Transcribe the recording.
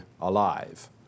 alive